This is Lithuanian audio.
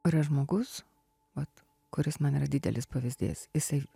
yra žmogus vat kuris man yra didelis pavyzdys jisai